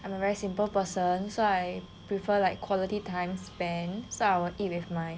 I'm a very simple person so I prefer like quality time spent so I will eat with my